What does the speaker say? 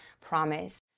promise